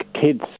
kids